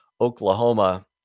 Oklahoma